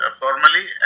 formally